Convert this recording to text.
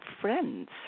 friends